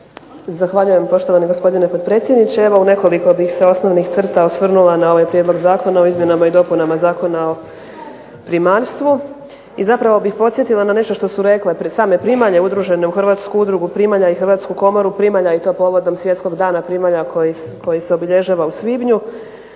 Zahvaljujem poštovani gospodine potpredsjedniče. Evo u nekoliko bih se osnovnih crta osvrnula na ovaj Prijedlog zakona o izmjenama i dopunama Zakona o primaljstvu i zapravo bih podsjetila na nešto što su rekle same primalje udružene u Hrvatsku udrugu primalja i Hrvatsku komoru primalja i to povodom Svjetskog dana primalja koji se obilježava u svibnju.